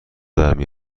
درمی